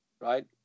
Right